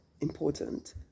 important